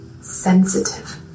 sensitive